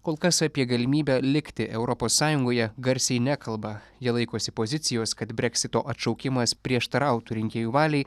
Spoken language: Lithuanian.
kol kas apie galimybę likti europos sąjungoje garsiai nekalba jie laikosi pozicijos kad brexito atšaukimas prieštarautų rinkėjų valiai